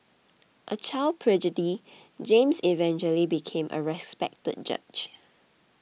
a child prodigy James eventually became a respected judge